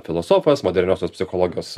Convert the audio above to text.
filosofas moderniosios psichologijos